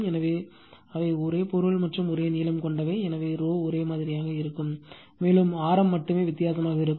எனவே அவை ஒரே பொருள் மற்றும் ஒரே நீளம் கொண்டவை எனவே ரோ ஒரே மாதிரியாக இருக்கும் மேலும் ஆரம் மட்டுமே வித்தியாசமாக இருக்கும்